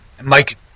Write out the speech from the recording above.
Mike